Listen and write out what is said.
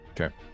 Okay